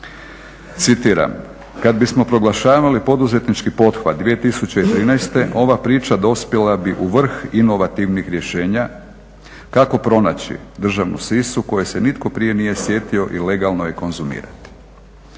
citiram: "Kad bismo proglašavali poduzetnički pothvat 2013. ova priča dospjela bi u vrh inovativnih rješenja kako pronaći državnu sisu koje se nitko prije nije sjetio i legalno je konzumirati."